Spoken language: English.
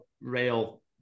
rail